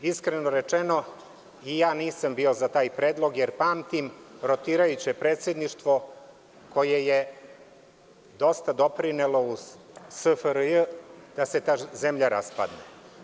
Iskreno rečeno, ni ja nisam bio za taj predlog jer pamtim rotirajuće predsedništvo koje je dosta doprinelo u SFRJ da se ta zemlja raspadne.